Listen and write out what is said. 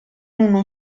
uno